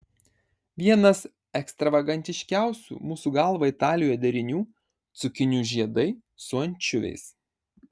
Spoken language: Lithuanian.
vienas ekstravagantiškiausių mūsų galva italijoje derinių cukinijų žiedai su ančiuviais